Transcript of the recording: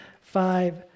five